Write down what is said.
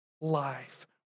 life